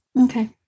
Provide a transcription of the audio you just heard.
Okay